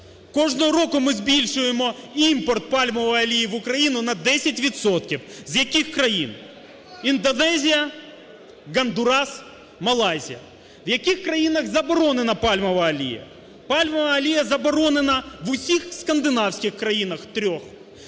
Кожного року ми збільшуємо імпорт пальмової олії в Україну на 10 відсотків. З яких країн? Індонезія, Гондурас, Малайзія. В яких країнах заборонена пальмова олія? Пальмова олія заборонена в усіх скандинавських країнах, трьох,